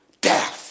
death